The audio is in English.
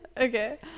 okay